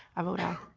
i vote aye.